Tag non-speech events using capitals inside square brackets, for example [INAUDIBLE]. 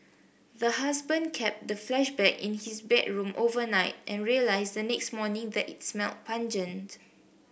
the husband kept the [UNINTELLIGIBLE] in his bedroom overnight and realised the next morning that it smelt pungent